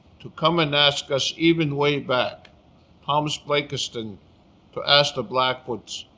to come and ask us, even way back thomas blakiston to ask the blackfoots,